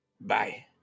bye